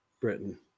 Britain